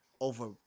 over